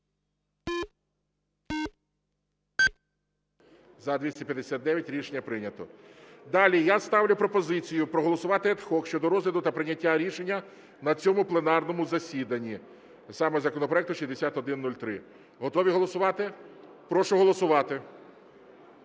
За-259 Рішення прийнято. Далі. Я ставлю пропозицію проголосувати ad hoc щодо розгляду та прийняття рішення на цьому пленарному засіданні саме законопроекту 6103. Готові голосувати? Прошу голосувати.